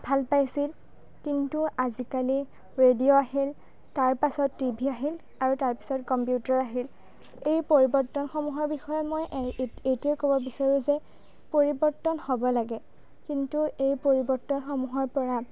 ভাল পাইছিল কিন্তু আজিকালি ৰেডিঅ' আহিল তাৰপাছত টিভি আহিল আৰু তাৰপাছত কম্পিউটাৰ আহিল এই পৰিৱৰ্তনসমূহৰ বিষয়ে মই এইটোৱে ক'ব বিচাৰোঁ যে পৰিৱৰ্তন হ'ব লাগে কিন্তু এই পৰিৱৰ্তনসমূহৰ পৰা